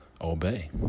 obey